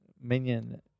minion